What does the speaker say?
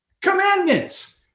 commandments